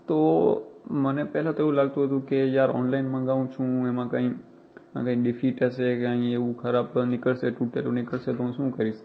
તો મને પહેલાં તો એવું લાગતું હતું કે યાર ઑનલાઇન મગાવું છું એમાં કંઈ એમાં કંઈ ડિફિટ હશે કે કંઈ એવું કંઈ ખરાબ પણ નીકળશે તૂટેલું નીકળશે તો હું શું કરીશ